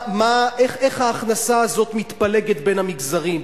איך ההכנסה הזו מתפלגת בין המגזרים,